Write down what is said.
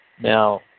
Now